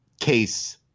case